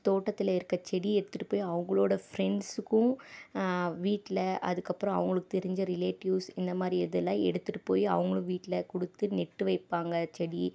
தோட்டத்தில் இருக்க செடி எடுத்துட்டு போய் அவங்களோட ஃப்ரெண்ட்ஸுக்கும் வீட்டில் அதுக்கப்புறம் அவங்களுக்கு தெரிஞ்ச ரிலேட்டிவ்ஸ் இந்த மாதிரி இதெல்லாம் எடுத்துட்டு போயி அவங்களும் வீட்டில் கொடுத்து நட்டு வைப்பாங்கள் செடி